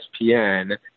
ESPN